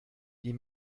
die